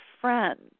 friend